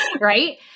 right